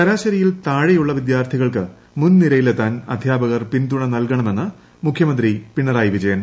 ശരാശരിയിൽ താഴെയുള്ള വിദ്യാർത്ഥികൾക്ക് മുൻനിരയിലെത്താൻ അധ്യാപകർ പിന്തുണ നൽകണമെന്ന് മുഖ്യമന്ത്രി പിണ്കാട്ടി വിജയൻ